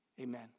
Amen